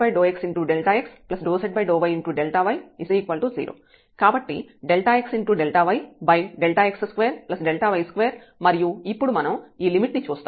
dz∂z∂xx∂z∂yΔy0 కాబట్టి ΔxΔyΔx2Δy2మరియు ఇప్పుడు మనం ఈ లిమిట్ ని చూస్తాము